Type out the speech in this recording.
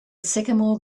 sycamore